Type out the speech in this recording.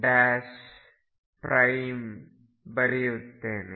dk prime ಬರೆಯುತ್ತೇನೆ